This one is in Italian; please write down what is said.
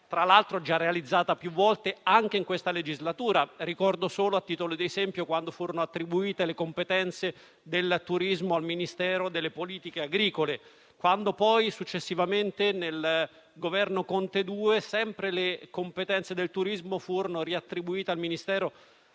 tra l'altro già realizzata più volte anche in questa legislatura. Ricordo, solo a titolo di esempio, quando furono attribuite le competenze del turismo al Ministero delle politiche agricole e quando, successivamente, nel Governo Conte 2, sempre le competenze del turismo furono restituite al Ministero